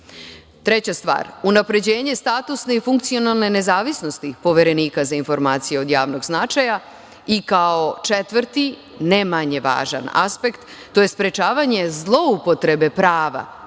stvar, unapređenje statusne i funkcionalne nezavisnosti Poverenika za informacije od javnog značaj.I kao četvrti, ne manje važan aspekt, to je sprečavanje zloupotrebe prava